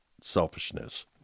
selfishness